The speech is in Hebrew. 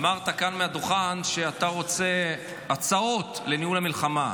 אמרת כאן מהדוכן שאתה רוצה הצעות לניהול המלחמה.